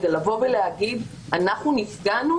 כדי לבוא ולהגיד: אנחנו נפגענו,